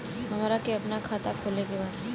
हमरा के अपना खाता खोले के बा?